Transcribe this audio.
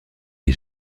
des